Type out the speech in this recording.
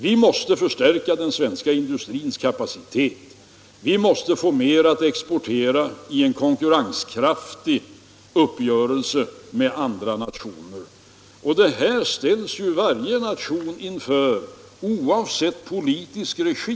Vi måste förstärka den svenska industrins kapacitet. Vi måste få mer att exportera i en konkurrenskraftig uppgörelse med andra nationer. Det här ställs varje nation inför, oavsett politisk regim.